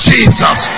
Jesus